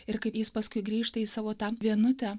ir kai jis paskui grįžta į savo tą vienutę